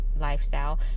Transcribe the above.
lifestyle